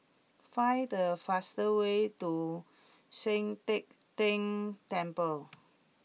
find the fastest way to Sian Teck Tng Temple